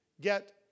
get